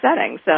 settings